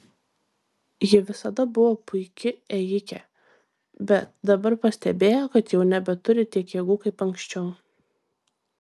ji visada buvo puiki ėjike bet dabar pastebėjo kad jau nebeturi tiek jėgų kaip anksčiau